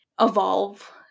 evolve